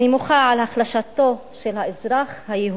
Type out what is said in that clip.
אני מוחה על החלשתו של האזרח היהודי.